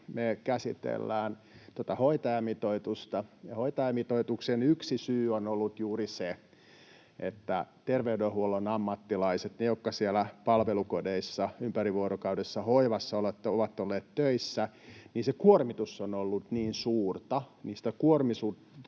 me käsitellään tätä hoitajamitoitusta, ja hoitajamitoituksen yksi syy on ollut juuri se, että terveydenhuollon ammattilaisilla, heillä jotka siellä palvelukodeissa ympärivuorokautisessa hoivassa ovat olleet töissä, se kuormitus on ollut niin suurta, että sitä kuormitusta